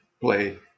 play